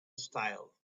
style